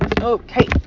okay